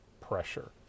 pressure